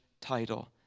title